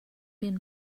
been